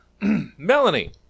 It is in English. Melanie